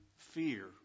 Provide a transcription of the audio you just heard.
Fear